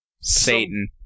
Satan